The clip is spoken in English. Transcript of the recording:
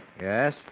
Yes